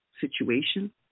situation